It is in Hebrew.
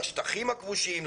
לשטחים הכבושים,